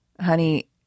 honey